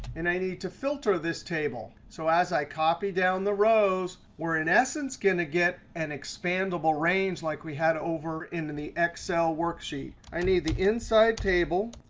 i need to filter this table. so as i copy down the rows, we're in essence going to get an expandable range like we had over in and the excel worksheet. i need the inside table,